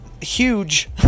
huge